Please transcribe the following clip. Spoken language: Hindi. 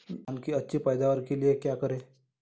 धान की अच्छी पैदावार के लिए क्या करें?